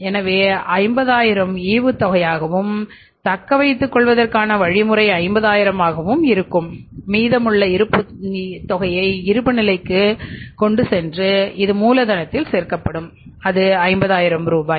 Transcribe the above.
எனவே 50000 ஈவுத்தொகையாகவும்தக்கவைத்துக்கொள்வதற்கான வழிமுறையாக இருக்கும் மீதமுள்ளவை இருப்புநிலைக்குச் செல்லும் இது மூலதனத்தில் சேர்க்கப்படும் அது 50000 ரூபாய்